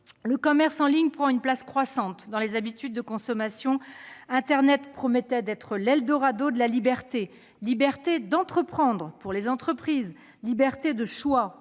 le commerce en ligne prend une place croissante dans les habitudes de consommation. Internet promettait d'être l'eldorado de la liberté : liberté d'entreprendre pour les entreprises, liberté de choix